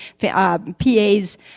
PAs